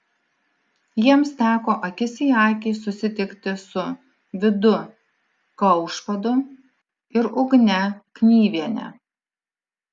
jiems teko akis į akį susitikti su vidu kaušpadu ir ugne knyviene